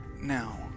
Now